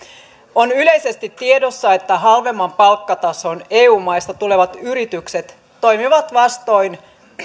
on yleisesti tiedossa että halvemman palkkatason eu maista tulevat yritykset toimivat vastoin